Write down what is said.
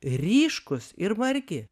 ryškūs ir margi